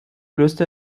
löste